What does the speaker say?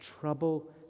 trouble